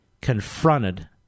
confronted